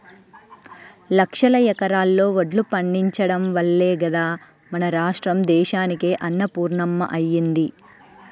లక్షల ఎకరాల్లో వడ్లు పండించడం వల్లే గదా మన రాష్ట్రం దేశానికే అన్నపూర్ణమ్మ అయ్యింది